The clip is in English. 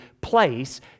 place